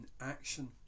action